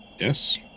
Yes